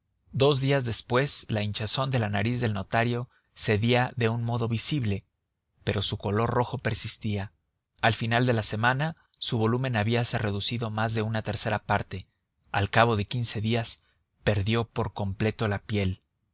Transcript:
dos días después la hinchazón la nariz del notario cedía de un modo visible pero su color rojo persistía al final de la semana su volumen habíase reducido más de una tercera parte al cabo de quince días perdió por completo la piel